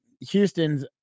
Houston's